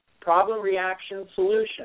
problem-reaction-solution